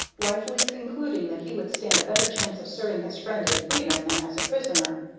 wisely concluding that he would stand a better chance of serving his friend in freedom than as a prisoner.